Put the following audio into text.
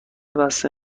بسته